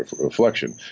reflection